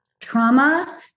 trauma